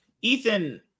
Ethan